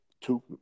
two